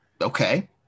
okay